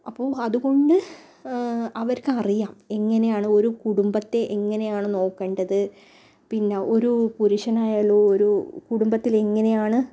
അപ്പോൾ അതുകൊണ്ട് അവർക്കറിയാം എങ്ങനെയാണ് ഒരു കുടുംബത്തെ എങ്ങനെയാണ് നോക്കേണ്ടത് പിന്നെ ഒരു പുരുഷനായാലും ഒരു കുടുംബത്തിലെങ്ങനെയാണ്